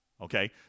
Okay